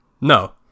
No